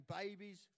babies